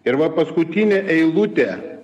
ir va paskutinė eilutė